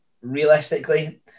realistically